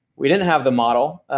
we didn't have the model,